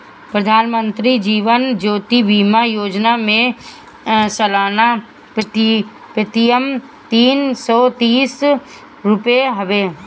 प्रधानमंत्री जीवन ज्योति बीमा योजना में सलाना प्रीमियम तीन सौ तीस रुपिया हवे